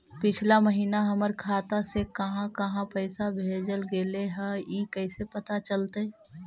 पिछला महिना हमर खाता से काहां काहां पैसा भेजल गेले हे इ कैसे पता चलतै?